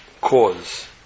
cause